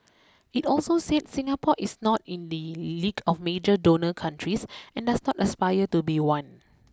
it also said Singapore is not in the league of major donor countries and does not aspire to be one